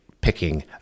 picking